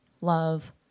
love